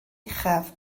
uchaf